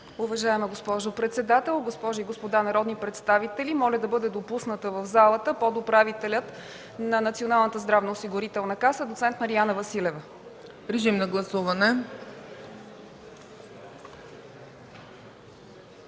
Уважаема госпожо председател, госпожи и господа народни представители! Моля да бъде допуснат в залата подуправителят на Националната здравноосигурителна каса доц. Мариана Василева. ПРЕДСЕДАТЕЛ